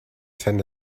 send